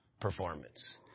performance